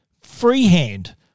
freehand